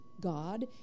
God